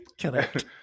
Correct